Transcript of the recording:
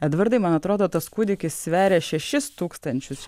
edvardai man atrodo tas kūdikis sveria šešis tūkstančius